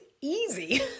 easy